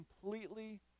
completely